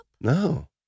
No